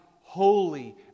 holy